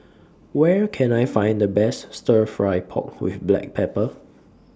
Where Can I Find The Best Stir Fry Pork with Black Pepper